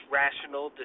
rational